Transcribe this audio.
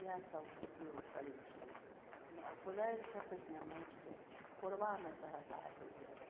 इएहसब उपयोग करै छी कोदारिसँ पहिने माटिकेँ कोरबामे सहायता होइए